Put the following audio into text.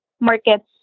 markets